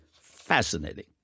Fascinating